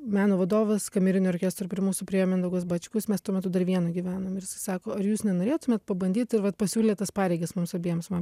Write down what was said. meno vadovas kamerinio orkestro prie mūsų priėjo mindaugas bačkus mes tuo metu dar vienoj gyvenom ir jisai sako ar jūs nenorėtumėt pabandyt ir vat pasiūlė tas pareigas mums abiems man